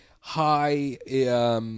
high